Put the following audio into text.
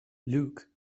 luke